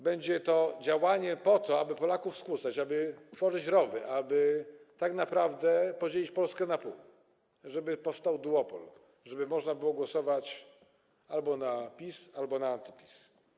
Będzie to działanie po to, aby Polaków skłócać, aby tworzyć rowy, aby tak naprawdę podzielić Polskę na pół, żeby powstał duopol, żeby można było głosować albo na PiS, albo na anty-PiS.